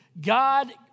God